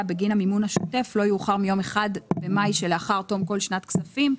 בגין המימון השוטף לא יאוחר מיום 1 במאי שלאחר תום כל שנת כספים.